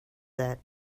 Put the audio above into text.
that